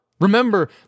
Remember